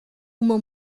uma